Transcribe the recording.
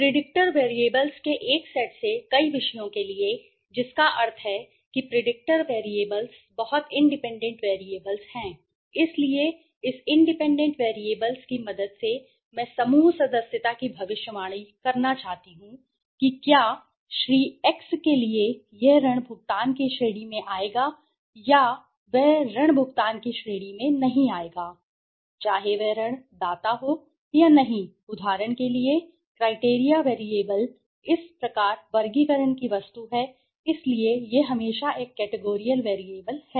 predictor variables के एक set से कई विषयों के लिए जिसका अर्थ है किप्रीडिक्टर वैरिएबल्स बहुत इंडिपेंडेंट वैरिएबल्स हैं इसलिए इस इंडिपेंडेंट वैरिएबल्सकी मदद से मैं समूह सदस्यता की भविष्यवाणी करना चाहता हूं कि क्या क्या श्री Xके लिए यह ऋण भुगतान की श्रेणी में आएगा या वह ऋण भुगतान की श्रेणी में नहीं आएगा चाहे वह ऋण दाता हो या नहीं उदाहरण के लिए क्राइटेरिया वैरिएबल इस प्रकार वर्गीकरण की वस्तु है इसलिए यह हमेशा एक कैटेगोरिअल वैरिएबल है